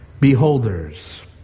beholders